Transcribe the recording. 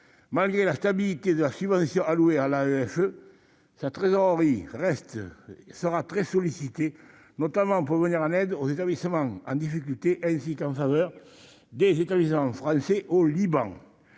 malgré la stabilité de la subvention allouée à la sa trésorerie reste il sera très sollicité, notamment pour venir en aide aux établissements en difficulté, ainsi qu'en faveur des États usant français au Liban,